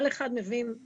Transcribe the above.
כל אחד מבין,